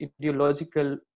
ideological